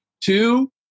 Two